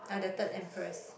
ah the third empress